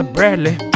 Bradley